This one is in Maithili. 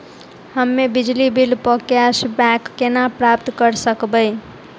हम्मे बिजली बिल प कैशबैक केना प्राप्त करऽ सकबै?